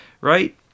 right